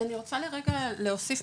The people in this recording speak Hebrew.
אני רוצה לרגע להוסיף,